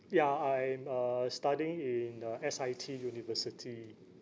ya I'm uh studying in uh S_I_T university